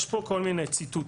יש פה כל מיני ציטוטים,